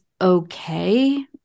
okay